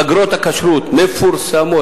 אגרות הכשרות מפורסמות,